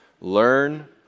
learn